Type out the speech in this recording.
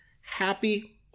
happy